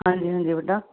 ਹਾਂਜੀ ਹਾਂਜੀ ਬੇਟਾ